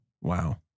Wow